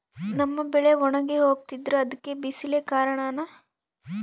ನಮ್ಮ ಬೆಳೆ ಒಣಗಿ ಹೋಗ್ತಿದ್ರ ಅದ್ಕೆ ಬಿಸಿಲೆ ಕಾರಣನ?